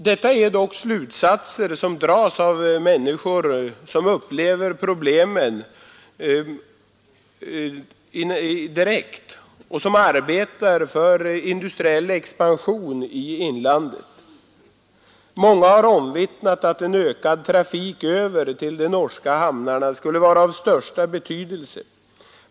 Det är dock slutsatser som dras av människor som upplever problemen direkt och arbetar för industriell expansion i inlandet. Många har omvittnat att en ökad trafik över till de norska hamnarna skulle vara av största betydelse.